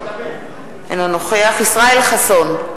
אינו נוכח ישראל חסון,